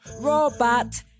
Robot